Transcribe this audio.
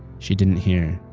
she didn't hear.